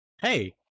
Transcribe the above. Hey